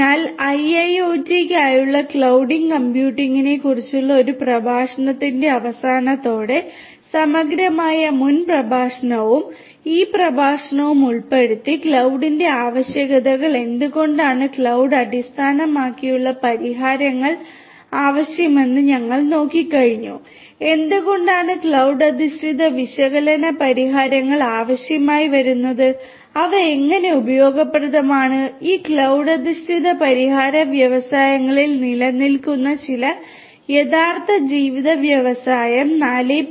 അതിനാൽ ഐഐഒടിക്കായുള്ള ക്ലൌഡ് കമ്പ്യൂട്ടിംഗിനെക്കുറിച്ചുള്ള ഒരു പ്രഭാഷണത്തിന്റെ അവസാനത്തോടെ സമഗ്രമായ മുൻ പ്രഭാഷണവും ഈ പ്രഭാഷണവും ഉൾപ്പെടുത്തി ക്ലൌഡിന്റെ ആവശ്യകതകൾ എന്തുകൊണ്ടാണ് ക്ലൌഡ് അടിസ്ഥാനമാക്കിയുള്ള പരിഹാരങ്ങൾ ആവശ്യമെന്ന് ഞങ്ങൾ നോക്കിക്കഴിഞ്ഞു എന്തുകൊണ്ടാണ് ക്ലൌഡ് അധിഷ്ഠിത വിശകലന പരിഹാരങ്ങൾ ആവശ്യമായി വരുന്നത് അവ എങ്ങനെ ഉപയോഗപ്രദമാണ് ഈ ക്ലൌഡ് അധിഷ്ഠിത പരിഹാരം വ്യവസായങ്ങളിൽ നിലനിൽക്കുന്ന ചില യഥാർത്ഥ ജീവിത വ്യവസായം 4